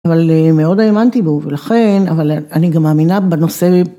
אבל מאוד האמנתי בו ולכן, אבל אני גם מאמינה בנושא.